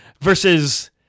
Versus